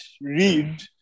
read